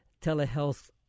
telehealth